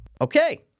Okay